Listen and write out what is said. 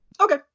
Okay